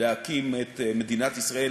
להקים את מדינת ישראל,